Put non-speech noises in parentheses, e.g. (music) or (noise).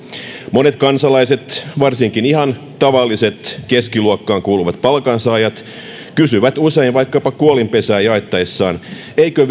monet kansalaiset varsinkin ihan tavalliset keskiluokkaan kuuluvat palkansaajat kysyvät usein vaikkapa kuolinpesää jaettaessa eikö (unintelligible)